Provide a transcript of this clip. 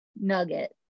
nugget